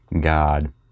God